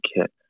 kit